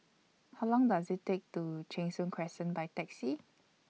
How Long Does IT Take to Cheng Soon Crescent By Taxi